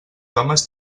homes